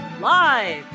Live